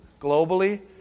globally